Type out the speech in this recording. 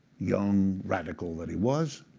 young radical that he was,